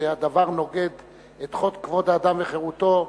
שהדבר נוגד את חוק כבוד האדם וחירותו,